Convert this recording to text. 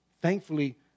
Thankfully